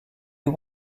you